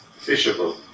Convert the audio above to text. fishable